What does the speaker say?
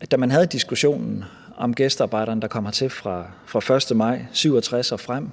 at da man havde diskussionen om gæstearbejderne, der kom hertil fra 1. maj 1967 og frem,